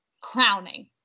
crowning